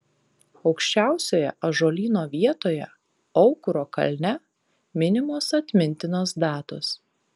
aukščiausioje ąžuolyno vietoje aukuro kalne minimos atmintinos datos